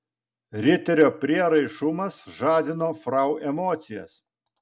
riterio prieraišumas žadino frau emocijas